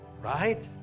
right